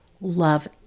Love